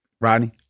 rodney